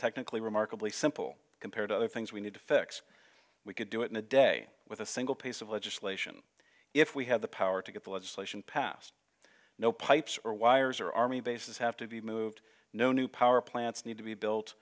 technically remarkably simple compared to other things we need to fix we could do it in a day with a single piece of legislation if we had the power to get the legislation passed no pipes or wires or army bases have to be moved no new power plants need to be built